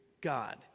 God